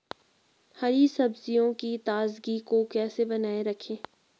हरी सब्जियों की ताजगी को कैसे बनाये रखें?